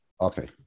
Okay